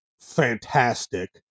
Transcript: fantastic